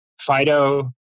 Fido